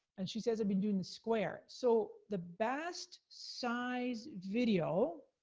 and she's says, i've been doing the square. so the best size video,